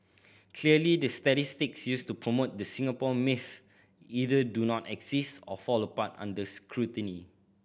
clearly the statistics used to promote the Singapore myth either do not exist or fall apart under scrutiny